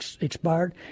expired